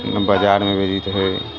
नहि बजारमे भेजैत हइ